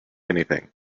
anything